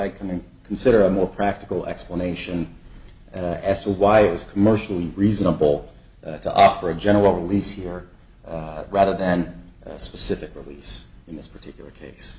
i can consider a more practical explanation as to why it was commercially reasonable to offer a general release here rather than a specific release in this particular case